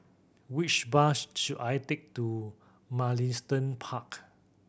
which bus should I take to Mugliston Park